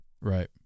Right